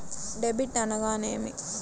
Debit అనగానేమి?